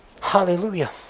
Hallelujah